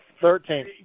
thirteen